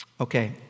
Okay